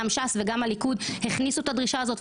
גם ש"ס וגם הליכוד הכניסו את הדרישה הזאת.